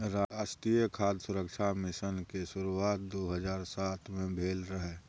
राष्ट्रीय खाद्य सुरक्षा मिशन के शुरुआत दू हजार सात मे भेल रहै